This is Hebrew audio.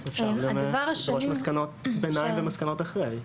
אפשר גם לדרוש מסקנות ביניים ומסקנות אחרי.